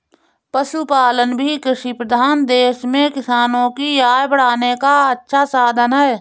पशुपालन भी कृषिप्रधान देश में किसानों की आय बढ़ाने का अच्छा साधन है